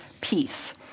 peace